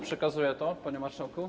Przekazuję to, panie marszałku.